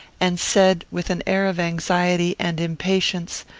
and said, with an air of anxiety and impatience,